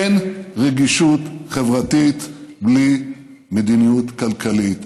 אין רגישות חברתית בלי מדיניות כלכלית,